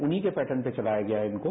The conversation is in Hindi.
उन्ही के पेटर्न पर चलाया गया है इनको